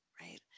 right